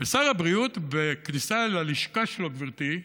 ושר הבריאות, בכניסה ללשכה שלו, גברתי,